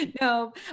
no